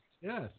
Yes